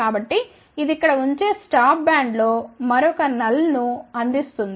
కాబట్టి ఇది ఇక్కడ ఉంచే స్టాప్ బ్యాండ్లో మరొక శూన్యత ను అందిస్తుంది